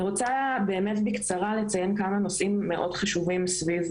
אני רוצה בקצרה לציין כמה נושאים מאוד חשובים סביב